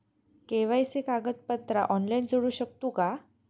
KYC कागदपत्रा online जोडू शकतू का?